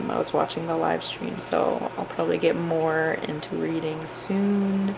um i was watching the live stream so i'll probably get more into reading soon